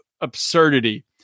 absurdity